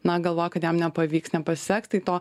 na galvoja kad jam nepavyks nepasiseks tai to